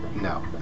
No